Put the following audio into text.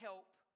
Help